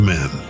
Men